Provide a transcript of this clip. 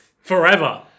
Forever